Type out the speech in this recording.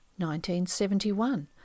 1971